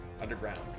underground